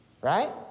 right